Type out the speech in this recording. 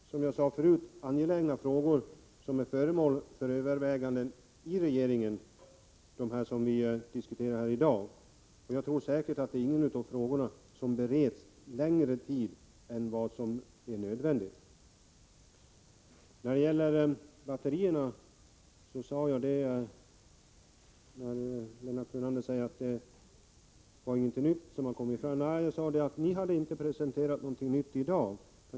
Fru talman! Det är, som jag sade förut, angelägna frågor som är föremål för överväganden i regeringen och som vi diskuterar här i dag. Säkerligen bereds ingen av frågorna längre tid än vad som är nödvändigt. Lennart Brunander sade att inget nytt hade kommit fram beträffande batterierna. Vad jag sade var att ni inte hade presenterat något nytt i dag.